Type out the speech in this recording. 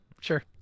sure